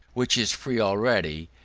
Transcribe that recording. which is free already,